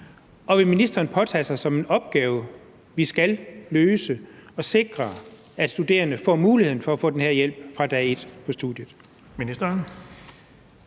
Og vil ministeren påtage sig – som en opgave, vi skal løse – at sikre, at studerende får muligheden for at få den her hjælp fra dag et på studiet? Kl.